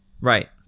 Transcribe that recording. Right